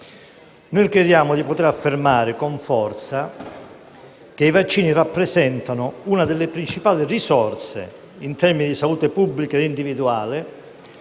crediamo di poter affermare con forza che i vaccini rappresentano una delle principali risorse, in termini di salute pubblica ed individuale,